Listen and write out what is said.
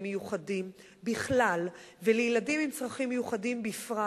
מיוחדים בכלל ולילדים עם צרכים מיוחדים בפרט.